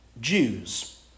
Jews